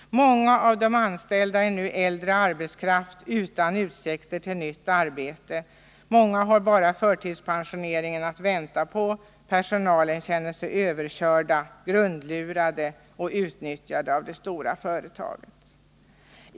Många av de anställda var äldre arbetskraft utan utsikter till nytt arbete. Många har bara förtidspensioneringen att vänta på. Personalen känner sig överkörd, grundlurad och utnyttjad av det stora företaget.